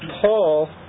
Paul